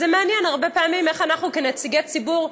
זה מעניין איך אנחנו כנציגי ציבור,